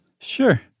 Sure